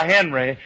Henry